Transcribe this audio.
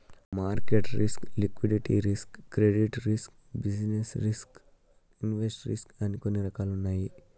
market risk liquidity risk credit risk business risk invest risk అని కొన్ని రకాలున్నాయి